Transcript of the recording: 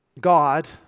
God